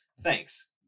thanks